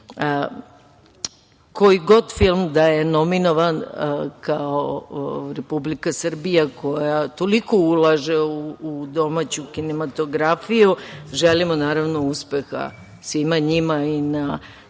da je film nominovan kao Republika Srbija koja toliko ulaže u domaću kinematografiju, želim naravno uspeha svima njima i na